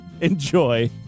Enjoy